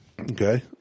Okay